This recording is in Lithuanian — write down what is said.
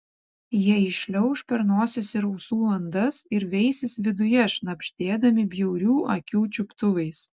jie įšliauš per nosies ir ausų landas ir veisis viduje šnabždėdami bjaurių akių čiuptuvais